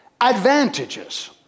advantages